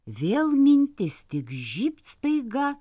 vėl mintis tik žybt staiga